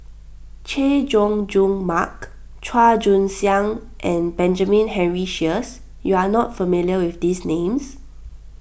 Chay Jung Jun Mark Chua Joon Siang and Benjamin Henry Sheares you are not familiar with these names